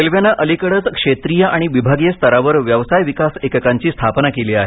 रेल्वेनं अलिकडेच क्षेत्रीय आणि विभागीय स्तरावर व्यवसाय विकास एककांची स्थापना केली आहे